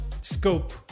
scope